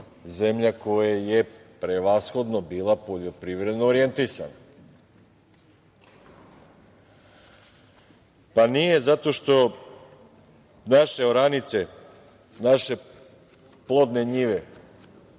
zemlja koja je prevashodno bila poljoprivredno orijentisana. Pa, nije, zato što naše oranice, naše plodne njive